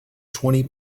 twenty